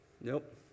Nope